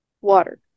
water